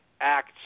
acts